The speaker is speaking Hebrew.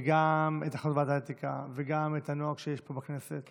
וגם את החלטת ועדת האתיקה וגם את הנוהג שיש פה בכנסת,